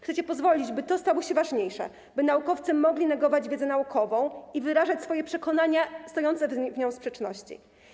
Chcecie pozwolić, by to stało się ważniejsze, by naukowcy mogli negować wiedzę naukową i wyrażać swoje przekonania stojące z nią w sprzeczności.